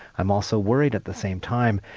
i'm also worried, at the same time,